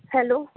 hello